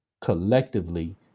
collectively